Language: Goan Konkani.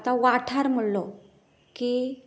आता वाठार म्हणलो की